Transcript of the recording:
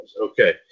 Okay